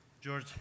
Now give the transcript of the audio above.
George